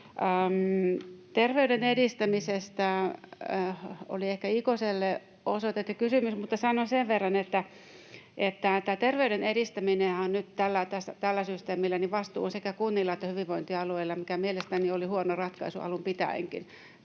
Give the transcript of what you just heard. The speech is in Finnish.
Terveyden edistämisestä: Se oli ehkä Ikoselle osoitettu kysymys, mutta sanon sen verran, että terveyden edistämisestähän on nyt tällä systeemillä vastuu sekä kunnilla että hyvinvointialueilla, mikä mielestäni oli huono ratkaisu alun pitäenkin.